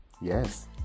Yes